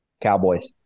Cowboys